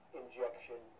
injection